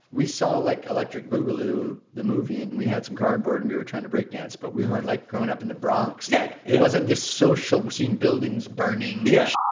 we saw, like, electric boogaloo, the movie. and we had some cardboard, and we were trying to break dance. but we weren't, like, growing up in the bronx. like, it wasn't this social we're seeing buildings burning yeah